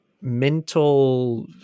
mental